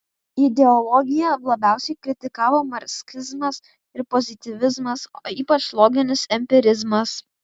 ideologiją labiausiai kritikavo marksizmas ir pozityvizmas o ypač loginis empirizmas